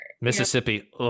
Mississippi